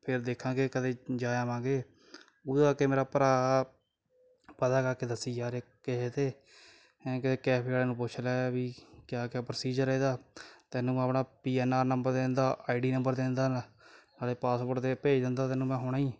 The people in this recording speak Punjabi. ਫਿਰ ਦੇਖਾਂਗੇ ਕਦੇ ਜਾ ਆਵਾਂਗੇ ਉਹਦਾ ਕਰਕੇ ਮੇਰਾ ਭਰਾ ਪਤਾ ਕਰਕੇ ਦੱਸੀ ਯਾਰ ਕਿਸੇ ਤੋਂ ਐਂ ਕੈ ਕੈਫੈ ਵਾਲੇ ਨੂੰ ਪੁੱਛ ਲੈ ਵੀ ਕਿਆ ਕਿਆ ਪ੍ਰੋਸੀਜਰ ਇਹਦਾ ਤੈਨੂੰ ਆਪਣਾ ਪੀ ਐਨ ਆਰ ਨੰਬਰ ਦੇ ਦਿੰਦਾ ਆਈਡੀ ਨੰਬਰ ਦੇ ਦਿੰਦਾ ਨਾਲ ਨਾਲੇ ਪਾਸਪੋਰਟ ਦੇ ਭੇਜ ਦਿੰਦਾ ਤੈਨੂੰ ਮੈਂ ਹੁਣੇ ਹੀ